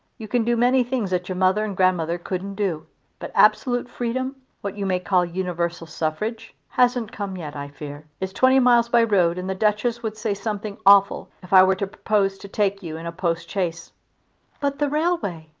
you can do many things that your mother and grandmother couldn't do but absolute freedom what you may call universal suffrage hasn't come yet, i fear. it's twenty miles by road, and the duchess would say something awful if i were to propose to take you in a postchaise. but the railway!